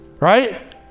right